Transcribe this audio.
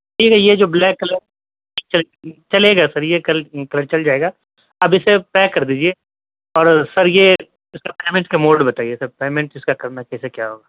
ٹھیک ہے یہ جو بلیک کلر چلے گا سر یہ کل کلر چل جائے گا اب اسے پیک کر دیجئے اور سر یہ اِس کا پیمنٹ کا موڈ بتائیے سر پیمنٹ اِس کا کرنا کیسے کیا ہوگا